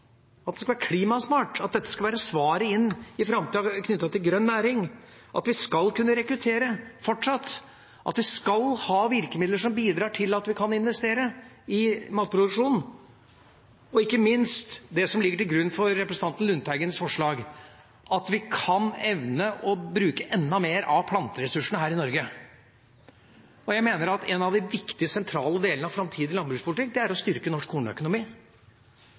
at det skal være klimasmart, at dette skal være svaret inn i framtida knyttet til grønn næring, at vi skal kunne rekruttere fortsatt, at vi skal ha virkemidler som bidrar til at vi kan investere i matproduksjonen, og ikke minst det som ligger til grunn for representanten Lundteigens forslag: at vi kan evne å bruke enda mer av planteressursene her i Norge. Jeg mener at en av de viktige, sentrale delene av framtidig landbrukspolitikk er å styrke norsk kornøkonomi.